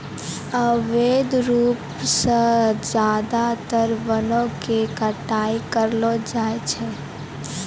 अवैध रूप सॅ ज्यादातर वनों के कटाई करलो जाय छै